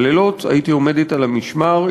בלילות הייתי עומדת על המשמר.